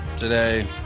today